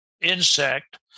insect